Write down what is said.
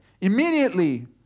Immediately